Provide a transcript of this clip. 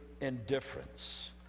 indifference